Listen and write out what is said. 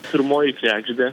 pirmoji kregždė